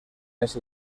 ese